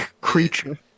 creature